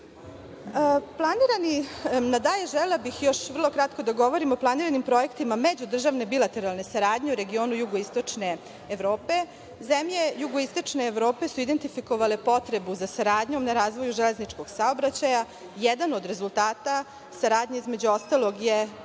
Subotica-Čikerija. Želela bih još vrlo kratko da govorim o planiranim projektima međudržavne bilateralne saradnje u regionu jugoistočne Evrope. Zemlje jugoistočne Evrope su identifikovale potrebu za saradnjom na razvoju železničkog saobraćaja. Jedan od rezultata saradnje je